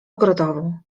ogrodową